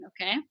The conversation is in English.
Okay